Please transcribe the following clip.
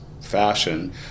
fashion